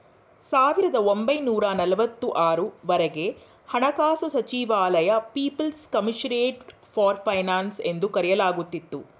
ಸಾವಿರದ ಒಂಬೈನೂರ ನಲವತ್ತು ಆರು ವರೆಗೆ ಹಣಕಾಸು ಸಚಿವಾಲಯ ಪೀಪಲ್ಸ್ ಕಮಿಷರಿಯಟ್ ಫಾರ್ ಫೈನಾನ್ಸ್ ಎಂದು ಕರೆಯಲಾಗುತ್ತಿತ್ತು